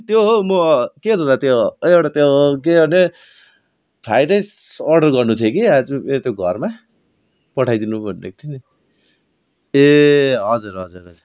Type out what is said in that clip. त्यो हौ म के त दा त्यो अझै एउटा त्यो के अरे फ्राई राइस अर्डर गर्नु थियो कि आज मेरो त्यो घरमा पठाइदिनु भनेको थियो नि ए हजुर हजुर हजुर